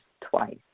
twice